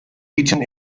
region